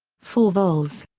four vols.